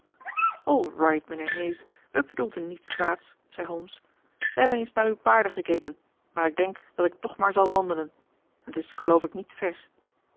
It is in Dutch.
right mijnheer hayes wij bedoelden niets kwaads zei holmes wij hebben eens naar uw paarden gekeken maar ik denk dat ik toch maar zal wandelen het is geloof ik niet ver